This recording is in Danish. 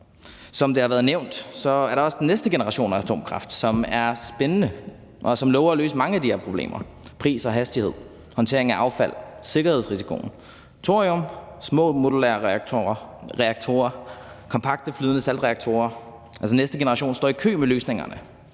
Som det har været nævnt, er der også den næste generation af atomkraft, som er spændende, og som lover at løse mange af de her problemer om pris og hastighed, håndteringen af affald og sikkerhedsrisikoen. Der er thorium, små modulære reaktorer, kompakte flydende salt-reaktorer. Altså, næste generation står i kø med løsningerne.